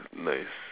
nice